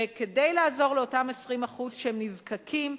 וכדי לעזור לאותם 20% שהם נזקקים,